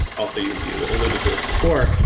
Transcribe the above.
also you you alluded to this before,